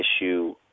issue